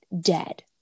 dead